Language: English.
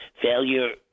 failure